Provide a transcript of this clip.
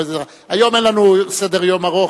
היום אין לנו סדר-יום ארוך,